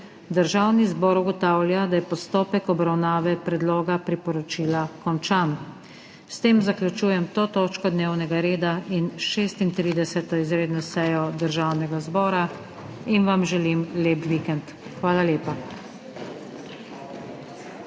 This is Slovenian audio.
Državni zbor ugotavlja, da je postopek obravnave predloga priporočila končan. S tem zaključujem to točko dnevnega reda in 36. izredno sejo Državnega zbora in vam želim lep vikend! Hvala lepa.